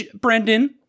Brendan